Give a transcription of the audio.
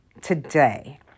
today